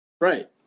Right